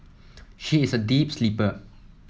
she is a deep sleeper